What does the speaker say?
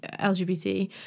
LGBT